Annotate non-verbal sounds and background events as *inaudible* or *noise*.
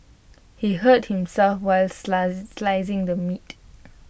he hurt himself while *unintelligible* slicing the meat